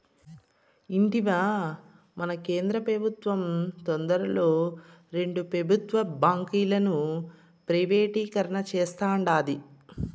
ఇంటివా, మన కేంద్ర పెబుత్వం తొందరలో రెండు పెబుత్వ బాంకీలను ప్రైవేటీకరణ సేస్తాండాది